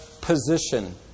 position